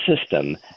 system